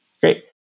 Great